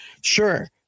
Sure